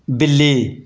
ਬਿੱਲੀ